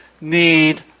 need